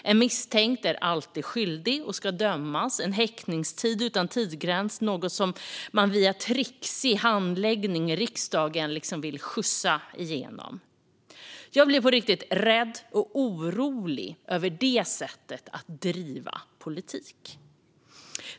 En misstänkt är alltid skyldig och ska dömas. En häktningstid utan tidsgräns är något som man via trixig handläggning i riksdagen vill skjutsa igenom. Jag blir på riktigt rädd och orolig över det sättet att bedriva politik.